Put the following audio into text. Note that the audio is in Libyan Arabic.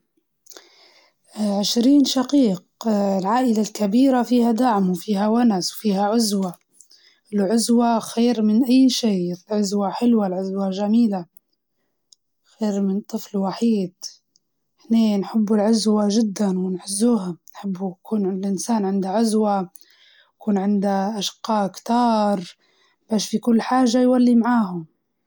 نقول طفل وحيد، لكن عشرين شقيق واجد، ونكون مختلفين عن بعض، ولكل واحد أفكاره و كده، فهذا الشي يخلق تشتت، يخلق مشاكل, يخلق غيرة وغيره.